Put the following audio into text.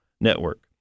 network